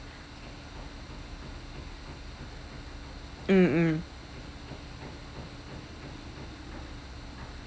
mm mm